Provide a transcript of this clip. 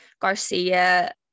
Garcia